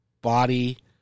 body